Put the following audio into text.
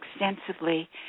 extensively